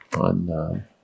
on